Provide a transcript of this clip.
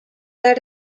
naar